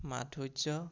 মাধুৰ্য্য়